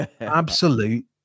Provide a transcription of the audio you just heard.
absolute